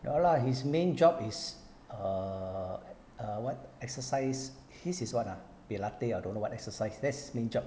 ya lah his main job is err err what exercise his is what ah pilate or don't know what exercise that's main job